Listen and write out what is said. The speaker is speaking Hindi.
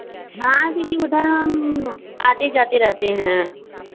हाँ दीदी उधर हम आते जाते रहते हैं